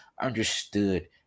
understood